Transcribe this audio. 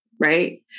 Right